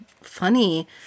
funny